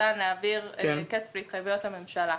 ניתן להעביר את היקף והתחייבויות הממשלה.